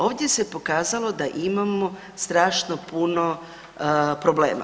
Ovdje se pokazalo da imamo strašno puno problema.